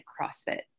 CrossFit